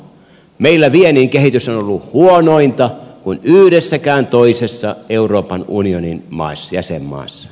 meillä viennin kehitys on ollut huonompaa kuin yhdessäkään toisessa euroopan unionin jäsenmaassa